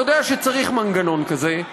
אתה יודע שצריך מנגנון כזה.